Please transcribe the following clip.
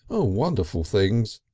oh! wonderful things.